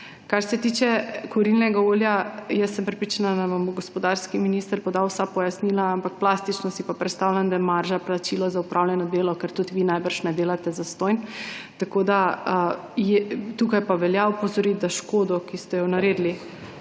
Kar se tiče kurilnega olja, sem jaz prepričana, da vam bo gospodarski minister podal vsa pojasnila. Ampak plastično si pa predstavljam, da je marža plačilo za opravljeno delo, ker tudi vi najbrž ne delate zastonj. Tukaj pa velja opozoriti na škodo, ki ste jo naredili